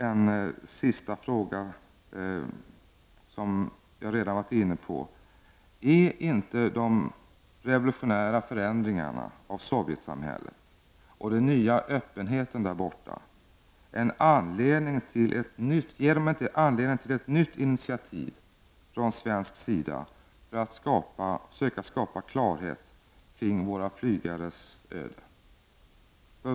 En sista fråga, som jag redan har varit inne på: Ger inte de revolutionära förändringarna av Sovjetsamhället och den nya öppenheten där borta anledning till ett nytt initiativ från svensk sida för att söka skapa klarhet kring våra flygares öde?